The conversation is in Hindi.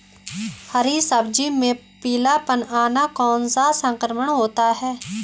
हरी सब्जी में पीलापन आना कौन सा संक्रमण होता है?